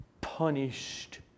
punished